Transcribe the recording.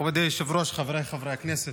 מכובדי היושב-ראש, חבריי חברי הכנסת,